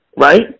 right